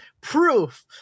proof